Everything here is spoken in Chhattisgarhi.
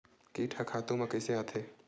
कीट ह खातु म कइसे आथे?